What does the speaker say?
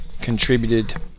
contributed